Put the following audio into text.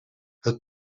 het